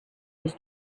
his